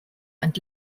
and